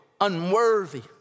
unworthy